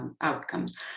outcomes